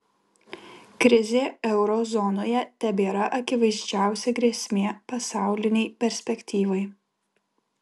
krizė euro zonoje tebėra akivaizdžiausia grėsmė pasaulinei perspektyvai